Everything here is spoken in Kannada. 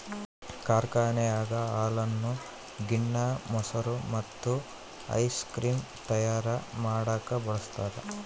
ಕಾರ್ಖಾನೆಗ ಹಾಲನ್ನು ಗಿಣ್ಣ, ಮೊಸರು ಮತ್ತೆ ಐಸ್ ಕ್ರೀಮ್ ತಯಾರ ಮಾಡಕ ಬಳಸ್ತಾರ